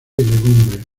legumbres